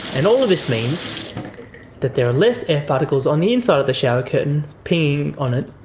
and all of this means that there are less air particles on the inside of the shower curtain pinging on it,